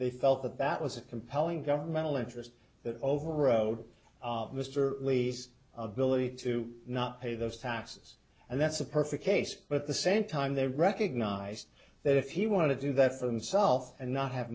they felt that that was a compelling governmental interest that overrode mr least a billet to not pay those taxes and that's a perfect haste but the same time they recognized that if you want to do that for himself and not have